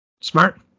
smart